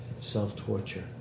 Self-torture